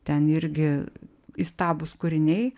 ten irgi įstabūs kūriniai